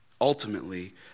ultimately